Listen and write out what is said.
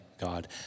God